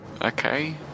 Okay